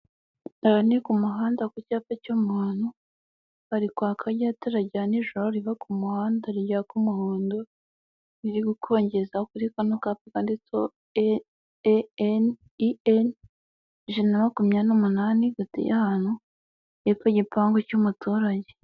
Aha ni ku muhanda ku cyapa cy'umuhondo hari kwaka rya tara rya n'ijoro riva ku muhanda ryaka umuhondo, riri gukongeza kuri kano cyapa cyanditseho e eni ijana na makumyabiri n'umunani hagati y'ahantu hepfo igipangu cy'umuturage.